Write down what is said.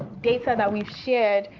data that we've shared,